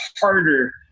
harder